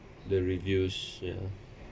the reviews ya